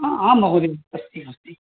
हा आं महोदय अस्ति अस्ति